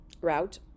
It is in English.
route